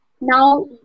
Now